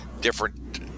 different